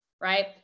Right